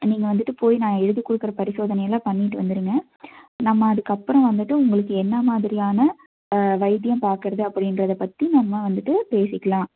நீங்கள் வந்துட்டு போய் நான் எழுதி கொடுக்கற பரிசோதனை எல்லாம் பண்ணிவிட்டு வந்துடுங்க நம்ம அதுக்கப்புறம் வந்துட்டு உங்களுக்கு என்ன மாதிரியான வைத்தியம் பார்க்கறது அப்படின்றத பற்றி நம்ம வந்துட்டு பேசிக்கலாம்